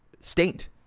state